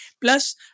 Plus